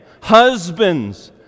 husbands